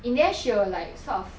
in the end she will like sort of